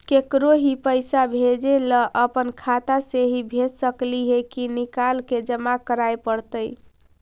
केकरो ही पैसा भेजे ल अपने खाता से ही भेज सकली हे की निकाल के जमा कराए पड़तइ?